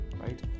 right